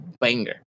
banger